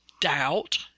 doubt